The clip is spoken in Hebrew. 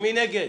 מי נגד?